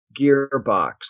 gearbox